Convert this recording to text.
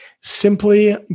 simply